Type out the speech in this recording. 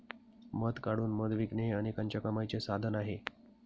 मध काढून मध विकणे हे अनेकांच्या कमाईचे साधन आहे